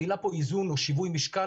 המילה כאן היא איזון או שיווי משקל,